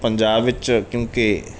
ਪੰਜਾਬ ਵਿੱਚ ਕਿਉਂਕਿ